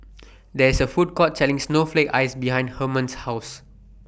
There IS A Food Court Selling Snowflake Ice behind Hermann's House